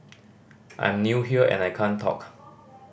I'm new here and I can't talk